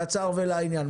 קצר ולעניין.